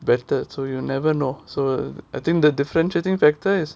better so you never know so I think the differentiating factor is